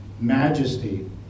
majesty